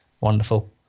Wonderful